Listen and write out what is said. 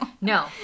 No